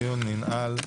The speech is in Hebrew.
הדיון ננעל.